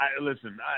listen